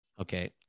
Okay